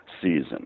season